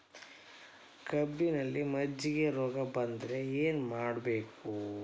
ಕಬ್ಬಿನಲ್ಲಿ ಮಜ್ಜಿಗೆ ರೋಗ ಬಂದರೆ ಏನು ಮಾಡಬೇಕು?